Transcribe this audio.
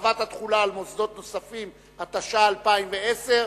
התש"ע 2010,